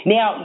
Now